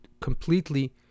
completely